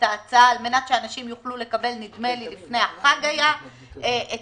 ההצעה על מנת שאנשים יוכלו לקבל לפני החג את המענקים.